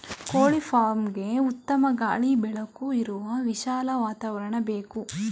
ಕೋಳಿ ಫಾರ್ಮ್ಗೆಗೆ ಉತ್ತಮ ಗಾಳಿ ಬೆಳಕು ಇರುವ ವಿಶಾಲ ವಾತಾವರಣ ಬೇಕು